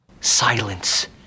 Silence